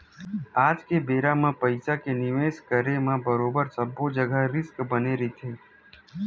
आज के बेरा म पइसा के निवेस करे म बरोबर सब्बो जघा रिस्क बने रहिथे